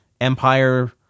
Empire